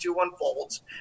unfolds